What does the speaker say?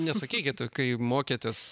nesakykit kai mokėtės